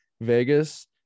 Vegas